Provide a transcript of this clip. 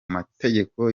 mategeko